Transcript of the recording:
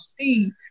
see